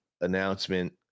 announcement